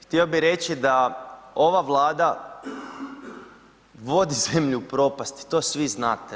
Htio bi reći, da ova vlada, vodi zemlju u propast i to svi znate.